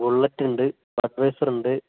bullet ഉണ്ട് Budweiser ഉണ്ട്